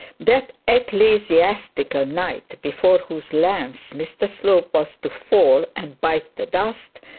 that ecclesiastical knight before whose lance mr slope was to fall and bite the dust,